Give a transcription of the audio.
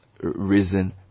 risen